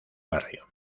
barrio